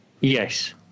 Yes